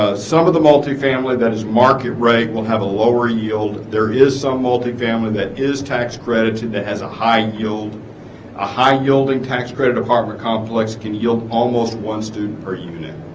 ah some of the multi-family that is market rate will have a lower yield there is some multifamily that is tax credited that has a high yield a high yielding tax credit apartment complex can yield almost one student per unit